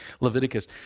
Leviticus